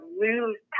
lose